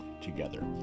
together